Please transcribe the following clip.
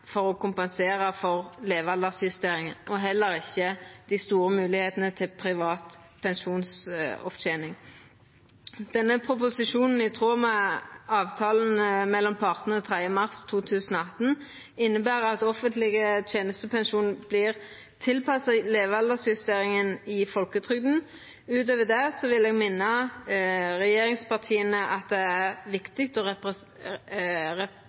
for å kompensera for levealdersjusteringa og heller ikkje dei store moglegheitene til privat pensjonsopptening. Denne proposisjonen inneber, i tråd med avtalen mellom partane 3. mars 2018, at offentleg tenestepensjon vert tilpassa levealdersjusteringa i folketrygda. Utover det vil eg minna regjeringspartia om at det er viktig å respektera partssamarbeidet og